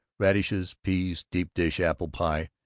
radishes, peas, deep-dish apple pie,